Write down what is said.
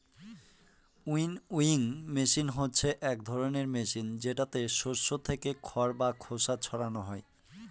winnowing machine হচ্ছে এক ধরনের মেশিন যেটাতে শস্য থেকে খড় বা খোসা ছারানো হয়